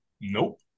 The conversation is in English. Nope